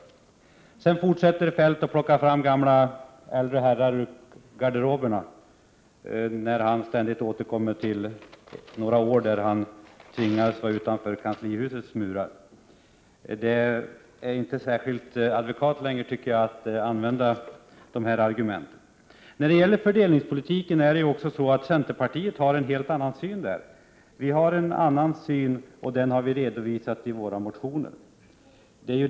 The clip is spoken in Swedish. Sedan fortsätter Kjell-Olof Feldt och plockar fram äldre herrar ur garderoberna, när han ständigt återkommer till några år då han tvingades vara utanför kanslihusets murar. Det är inte särskilt adekvat, tycker jag, att använda de argumenten. När det gäller fördelningspolitiken har ju centerpartiet en annan syn, och den har vi redovisat i våra motioner.